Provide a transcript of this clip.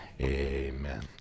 Amen